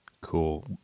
Cool